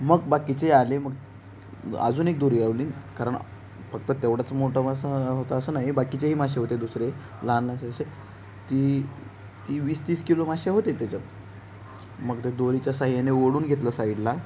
मग बाकीचे आले मग ब अजून एक दोरी लावली कारण फक्त तेवढाच मोठा मासा होता असं नाही बाकीचेही मासे होते दुसरे लहान असे असे ती ती वीस तीस किलो मासे होते त्याच्यात मग त्या दोरीच्या सहाय्याने ओढून घेतलं साईडला